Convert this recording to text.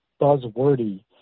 buzzwordy